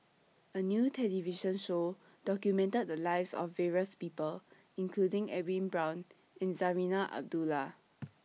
A New television Show documented The Lives of various People including Edwin Brown and Zarinah Abdullah